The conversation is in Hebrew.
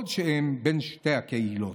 כלשהם בין שתי הקהילות.